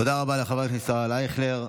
תודה רבה לחבר הכנסת ישראל אייכלר.